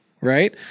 right